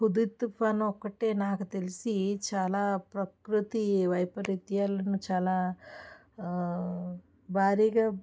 Hudhud తుఫాను ఒకటే నాకు తెలిసి చాలా ప్రకృతి వైపరీత్యాలను చాలా భారీగా